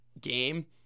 game